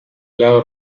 lado